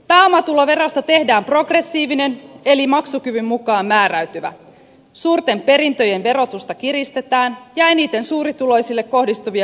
pääomatuloverosta tehdään progressiivinen eli maksukyvyn mukaan määräytyvä suurten perintöjen verotusta kiristetään ja eniten suurituloisille kohdistuvia verovähennyksiä karsitaan